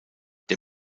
der